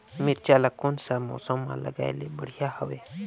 मिरचा ला कोन सा मौसम मां लगाय ले बढ़िया हवे